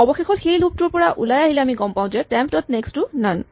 অৱশেষত সেই লুপ টোৰ পৰা ওলাই আহিলে আমি গম পাওঁ যে টেম্প ডট নেক্স্ট টো নন